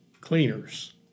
cleaners